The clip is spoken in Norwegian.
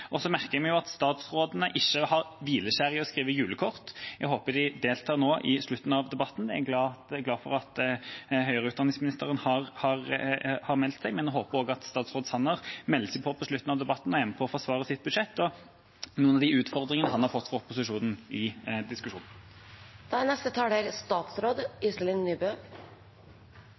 å skrive julekort. Jeg håper de nå deltar på slutten av debatten. Jeg er glad for at høyere utdanningsministeren har meldt seg, og håper også at statsråd Sanner melder seg på slutten av debatten og er med på å forsvare sitt budsjett og noen av de utfordringene han har fått fra opposisjonen i diskusjonen.